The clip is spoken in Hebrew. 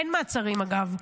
אין מעצרים, אגב.